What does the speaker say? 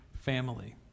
family